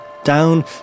down